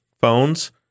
phones –